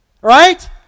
right